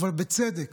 אבל בצדק